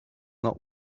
not